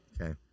Okay